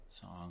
song